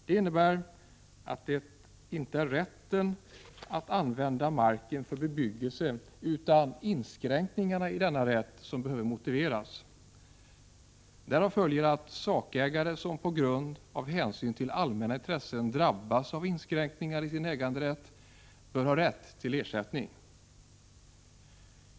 Det innebär att det inte är rätten att använda mark för bebyggelse utan inskränkningar i denna rätt som behöver motiveras. Därav följer att sakägare som på grund av hänsyn till allmänna intressen drabbas av inskränkningar i sin äganderätt bör ha rätt till ersättning.